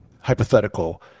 hypothetical